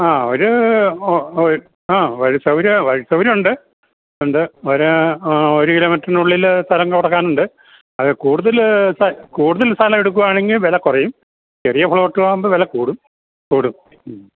ആ ഒരു ആ വഴി സൗകര്യം വഴി സൗകര്യം ഉണ്ട് ഉണ്ട് ഒരൂ ഒരു കിലോമീറ്ററിൻ്റെ ഉള്ളിൽ സ്ഥലം കൊടുക്കാനുണ്ട് അത് കൂടുതൽ കൂടുതൽ സ്ഥലം എടുക്കുകയാണെങ്കിൽ വില കുറയും ചെറിയ പ്ലോട്ട് ആകുമ്പോൾ വില കൂടും കൂടും മ്മ്